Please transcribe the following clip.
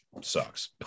sucks